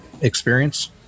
experience